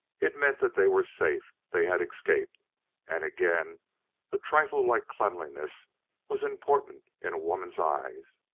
it meant that they were safe they had escaped and again a trifle like cleanliness was important in a woman's eyes.